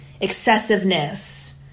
excessiveness